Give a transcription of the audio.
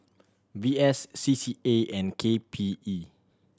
V S C C A and K P E